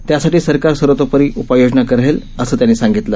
त्यासाठी सरकार सर्वतोपरी उपाययोजना करेल असं त्यांनी सांगितलं